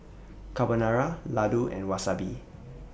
Carbonara Ladoo and Wasabi